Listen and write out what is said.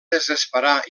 desesperar